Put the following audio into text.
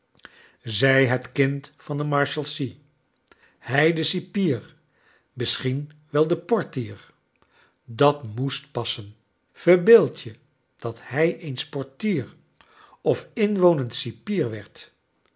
zij het kind van de marshalsea hij de cipier misschien wel de portier dat m o e s t passen verbeeld je dat hij eens portier of inwonend cipier werd